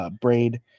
braid